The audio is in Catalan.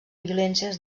violència